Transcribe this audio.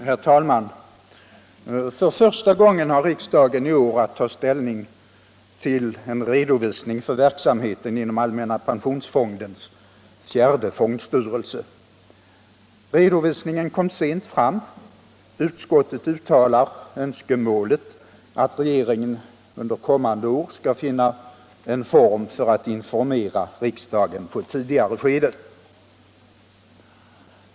Herr talman! För första gången har riksdagen i år att ta ställning till en redovisning för verksamheten inom allmänna pensionsfondens fjärde fondstyrelse. Redovisningen kom sent fram. Utskottet uttalar önskemålet att regeringen under kommande år skall finna en form för att informera riksdagen på ett tidigare stadium.